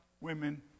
Women